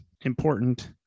important